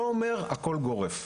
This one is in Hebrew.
אני לא אומר שהכול יהיה גורף.